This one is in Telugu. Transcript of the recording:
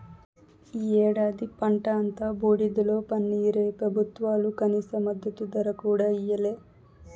ఈ ఏడాది పంట అంతా బూడిదలో పన్నీరే పెబుత్వాలు కనీస మద్దతు ధర కూడా ఇయ్యలే